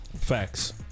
Facts